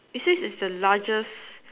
it says is the largest